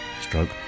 stroke